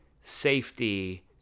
safety